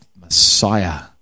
Messiah